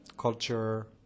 culture